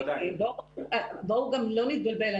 בואו גם לא נתבלבל.